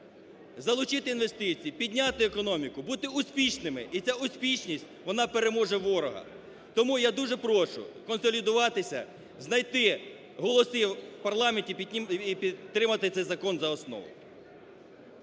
залучити інвестиції, підняти економіку, бути успішними і ця успішність, вона переможе ворога. Тому я дуже прошу консолідуватися, знайти голоси в парламенті і підтримати цей закон за основу.